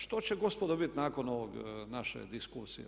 Što će gospodo biti nakon ove naše diskusije?